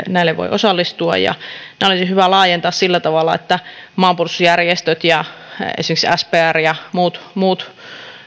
näille voi osallistua ja tätä olisi hyvä laajentaa sillä tavalla että maanpuolustusjärjestöt ja esimerkiksi spr ja muut muut